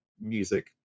music